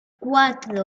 cuatro